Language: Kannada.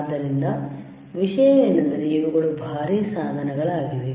ಆದ್ದರಿಂದ ವಿಷಯವೇನೆಂದರೆ ಇವುಗಳು ಭಾರೀ ಸಾಧನಗಳಾಗಿವೆ